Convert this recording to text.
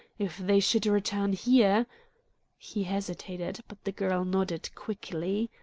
if they should return here he hesitated, but the girl nodded quickly.